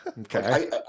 Okay